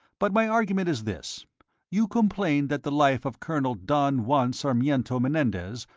but my argument is this you complain that the life of colonel don juan sarmiento menendez,